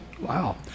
wow